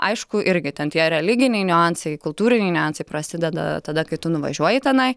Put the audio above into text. aišku irgi ten tie religiniai niuansai kultūriniai niuansai prasideda tada kai tu nuvažiuoji tenai